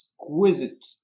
exquisite